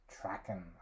tracking